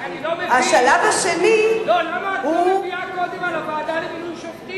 אני רק לא מבין למה את לא מביאה קודם על הוועדה למינוי שופטים,